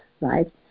right